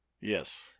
Yes